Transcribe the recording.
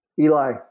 Eli